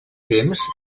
temps